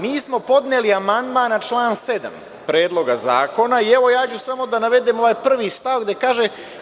Mi smo podneli amandman na član 7. Predloga zakona i ja ću samo da navedem ovaj prvi stav gde se kaže.